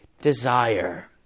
desire